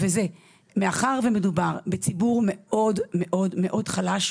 מאחר ומדובר בציבור מאוד חלש,